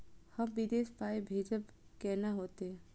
हम विदेश पाय भेजब कैना होते?